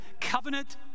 covenant